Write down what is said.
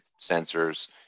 sensors